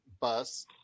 bus